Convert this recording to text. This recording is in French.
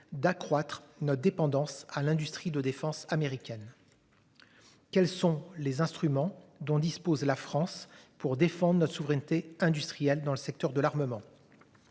d'accroître notre dépendance à l'industrie de défense américaine. Quels sont les instruments dont dispose la France pour défendre notre souveraineté industrielle dans le secteur de l'armement.